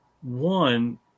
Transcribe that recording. one